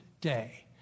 day